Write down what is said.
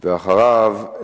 ואחריו,